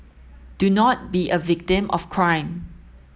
do not be a victim of crime